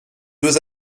deux